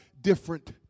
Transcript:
different